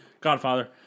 Godfather